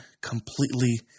completely